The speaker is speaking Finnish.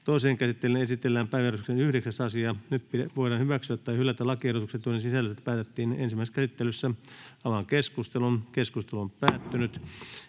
Toiseen käsittelyyn esitellään päiväjärjestyksen 6. asia. Nyt voidaan hyväksyä tai hylätä lakiehdotukset, joiden sisällöstä päätettiin ensimmäisessä käsittelyssä. — Mennään keskusteluun.